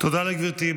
תודה לגברתי.